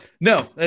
No